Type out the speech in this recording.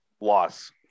loss